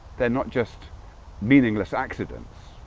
they're not just meaningless accidents